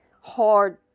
hard